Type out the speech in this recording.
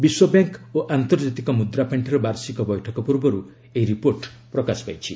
ବିଶ୍ୱ ବ୍ୟାଙ୍କ୍ ଓ ଆନ୍ତର୍ଜାତିକ ମୁଦ୍ରାପାଣ୍ଡିର ବାର୍ଷିକ ବୈଠକ ପୂର୍ବରୁ ଏହି ରିପୋର୍ଟ ପ୍ରକାଶ ପାଇଛି